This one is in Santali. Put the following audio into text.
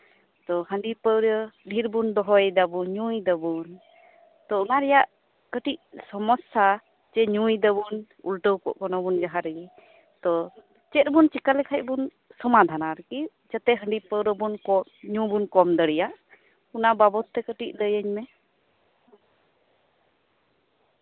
ᱛᱚ ᱦᱟᱺᱰᱤᱯᱟᱹᱣᱨᱟᱹ ᱰᱷᱤᱨ ᱵᱚᱱ ᱫᱚᱦᱚᱭ ᱫᱟᱵᱚᱱ ᱧᱩᱭ ᱫᱟᱵᱚᱱ ᱛᱚ ᱚᱱᱟ ᱨᱮᱭᱟᱜ ᱠᱟᱹᱴᱤᱡ ᱥᱚᱢᱚᱥᱥᱟ ᱡᱮ ᱧᱩᱭ ᱫᱟᱵᱚᱱ ᱩᱞᱴᱟᱹᱣ ᱠᱚᱜ ᱠᱟᱱᱟᱵᱚᱱ ᱡᱟᱦᱟᱸᱨᱮᱜᱮ ᱛᱚ ᱪᱮᱵᱚᱱ ᱪᱮᱠᱟ ᱞᱮᱠᱷᱟᱱ ᱥᱚᱢᱟᱫᱷᱟᱱᱟ ᱟᱨᱠᱤ ᱡᱟᱛᱮ ᱦᱟᱺᱰᱤ ᱯᱟᱹᱣᱨᱟᱹ ᱧᱩᱵᱚᱱ ᱠᱚᱢ ᱫᱟᱲᱮᱣᱟᱜ ᱚᱱᱟ ᱵᱟᱵᱚᱛ ᱛᱮ ᱠᱟᱹᱴᱤᱡ ᱞᱟᱹᱭᱤᱧ ᱢᱮ